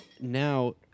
now